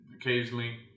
Occasionally